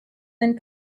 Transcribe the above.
and